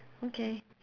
okay